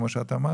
כמו שאת אמרת.